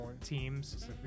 teams